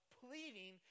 pleading